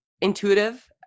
intuitive